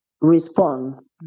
response